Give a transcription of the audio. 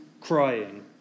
crying